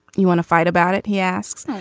you want to fight about it. he asks.